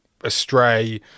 astray